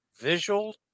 Visual